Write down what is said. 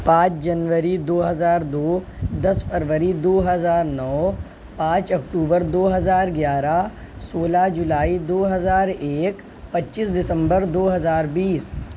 پانچ جنوری دو ہزار دو دس فروری دو ہزار نو پانچ اکتوبر دو ہزار گیارہ سولہ جولائی دو ہزار ایک پچیس دسمبر دو ہزار بیس